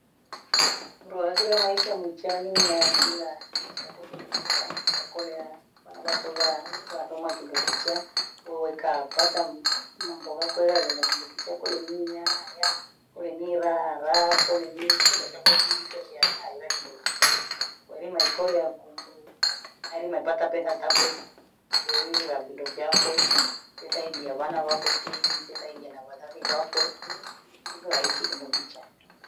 Mloagila maisha yamechania achila, ndefikauko eti ndokichaa kwakolea maana bakubha bhakoma kindo kichaa, wewe eka apatam mwangabhako we alienda kindo kichaa kule nyunyaa aya, kule niraa ara, kule nimfi ashakosi ningishwa shaa ila kindo kichaa, kweli maikole akumru, ani nataka penga kakwe, teiri la kindo kyakwe, tethaidya bhana bhakwe teni, tesaidya na vazazi vakwe, hivyo waishi kindokichaa.